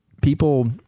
people